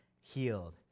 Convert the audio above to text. healed